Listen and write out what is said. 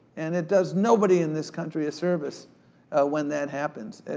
and it does nobody in this country a service when that happens.